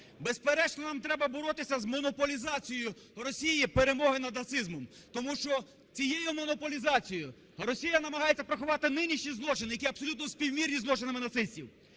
Безперечно, нам треба боротися з монополізацією Росії перемоги над нацизмом, тому що цією монополізацією Росія намагається приховати нинішні злочини, які абсолютно співмірні зі злочинами нацистів.